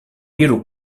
iru